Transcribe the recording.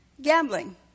gambling